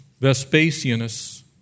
Vespasianus